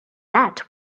that